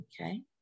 Okay